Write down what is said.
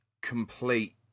complete